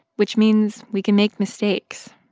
which means we can make mistakes,